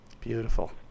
Beautiful